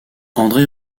andré